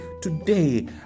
Today